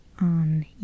on